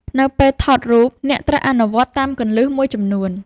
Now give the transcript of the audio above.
នៅពេលថតរូប អ្នកត្រូវអនុវត្តតាមគន្លឹះមួយចំនួន។